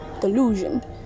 delusion